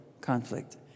conflict